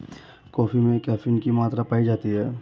coffee में caffeine की मात्रा पाई जाती है